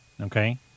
okay